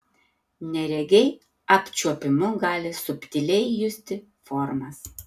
neregiai apčiuopimu gali subtiliai justi formas